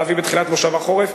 על פתרון צודק והוגן לשאלת הפליטים.